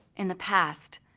in the past,